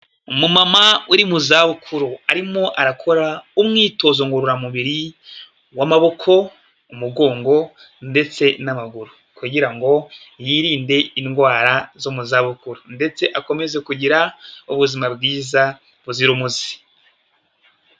Umumama uri mu za bukuru arimo arakora umwitozo ngororamubiri w'amaboko, umugongo ndetse n'amaguru kugira ngo yirinde indwara zo mu zabukuru ndetse akomeze kugira ubuzima bwiza buzira umuze.